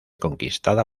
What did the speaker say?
conquistada